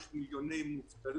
יש מיליוני מובטלים,